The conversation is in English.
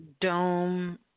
Dome